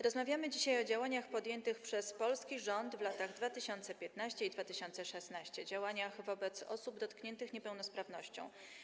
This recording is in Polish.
Rozmawiamy dzisiaj o działaniach podjętych przez polski rząd w latach 2015 i 2016 wobec osób dotkniętych niepełnosprawnością.